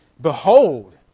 behold